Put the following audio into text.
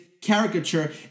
caricature